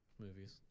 Movies